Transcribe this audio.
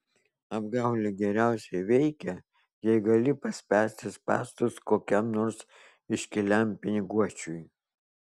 apgaulė geriausiai veikia jei gali paspęsti spąstus kokiam nors iškiliam piniguočiui